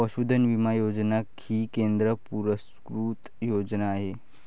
पशुधन विमा योजना ही केंद्र पुरस्कृत योजना आहे